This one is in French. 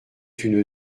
une